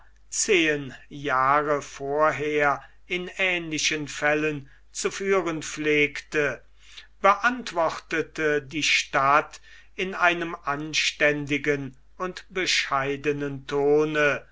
zehen jahre vorher in ähnlichen fällen zu führen pflegte beantwortete die stadt in einem anständigen und bescheidenen tone